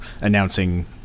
announcing